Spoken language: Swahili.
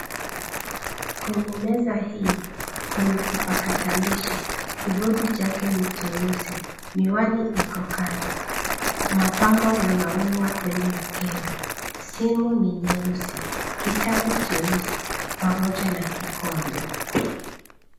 Kwenye meza hii, kuna kipatakalishi. Kibodi chake ni jeusi, miwani iko kando, mapambo ya maua kwenye mkebe, simu ni nyeusi, kitabu jeusi pamoja na kikombe.